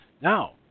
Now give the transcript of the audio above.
Now